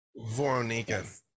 Voronika